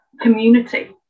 community